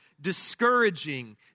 discouraging